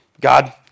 God